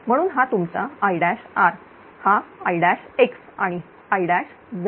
म्हणून हा तुमचा Ir हा Ix आणि Iz